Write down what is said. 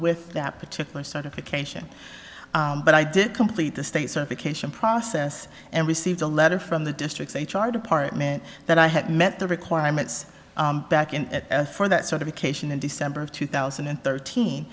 with that particular certification but i did complete the state certification process and received a letter from the district's h r department that i had met the requirements back in for that sort of occasion in december of two thousand and thirteen